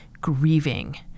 grieving